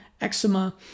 eczema